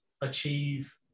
achieve